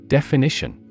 Definition